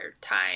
time